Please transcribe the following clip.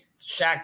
Shaq